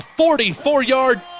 44-yard